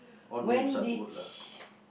when did she